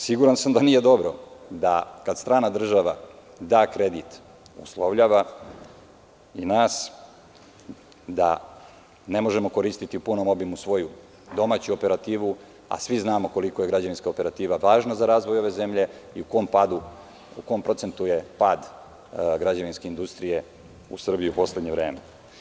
Siguran sam da nije dobro da kada strana država da kredit, uslovljava i nas da ne možemo koristiti u punom obimu svoju domaću operativu, a svi znamo koliko je građevinska operativa važna za razvoj ove zemlje i u kom procentu je pad građevinske industrije u Srbiji u poslednje vreme.